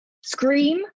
scream